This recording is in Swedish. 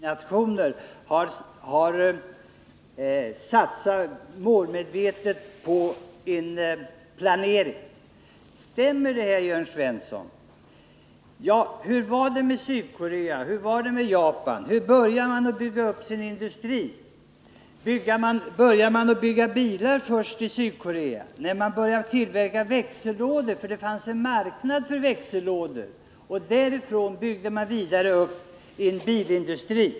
Fru talman! Marknaden är inte given, och alla nya industrinationer har målmedvetet satsat på en planering, sade Jörn Svensson. Stämmer detta, Jörn Svensson? Hur var det med Sydkorea och Japan? Hur började dessa länder bygga upp sin industri? Började man i Sydkorea att bygga bilar? Nej, man började tillverka växellådor, för det fanns en marknad för sådana. Därefter byggde man upp en bilindustri.